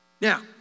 Now